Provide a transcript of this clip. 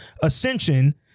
ascension